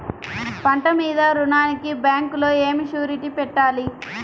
పంట మీద రుణానికి బ్యాంకులో ఏమి షూరిటీ పెట్టాలి?